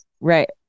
right